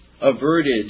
averted